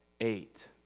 eight